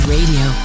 Radio